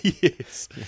Yes